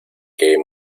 que